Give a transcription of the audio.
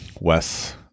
Wes